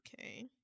okay